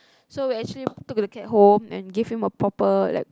so we actually took the cat home and give him a proper that